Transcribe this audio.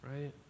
right